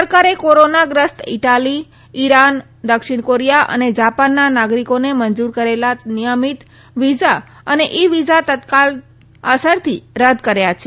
સરકારે કોરોના ગ્રસ્ત Italy Iran દક્ષિણ કોરીયા અને જાપાનના નાગરીકોને મંજુર કરેલા નિયમિત વિઝા અને ઇ વિઝા તત્કાળ અસરથી રદ કર્યા છે